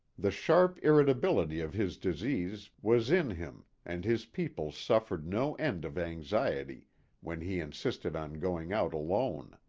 the sharp irritability of his disease was in him and his people suffered no end of anxiety when he insisted on going out alone.